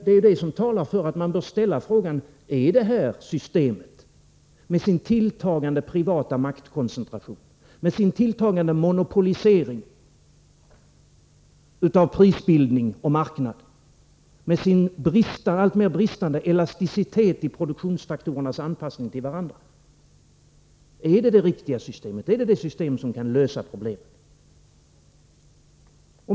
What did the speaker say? Det är detta som talar för att man bör ställa frågan: Är det här systemet — med sin tilltagande privata maktkoncentration, med sin tilltagande monopolisering av prisbildning och marknad, med sin alltmer bristande elasticitet i fråga om produktionsfaktorernas anpassning till varandra — det riktiga systemet? Är detta det system som kan lösa problemen?